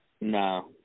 No